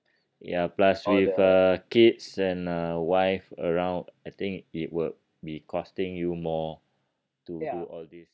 ya plus with uh kids and a wife around I think it will be costing you more to all this